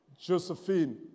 Josephine